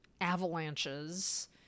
avalanches